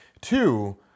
Two